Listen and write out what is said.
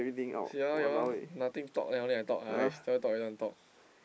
see ah your nothing to talk [liao] I talk still talk don't want talk